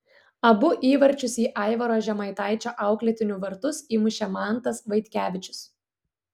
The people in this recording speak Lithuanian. abu įvarčius į aivaro žemaitaičio auklėtinių vartus įmušė mantas vaitkevičius